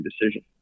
decision